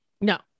no